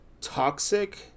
toxic